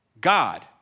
God